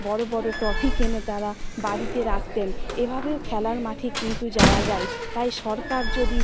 বড় বড় ট্রফি এনে তারা বাড়িতে রাখতেন এভাবেও খেলার মাঠে কিন্তু যাওয়া যায় তাই সরকার যদি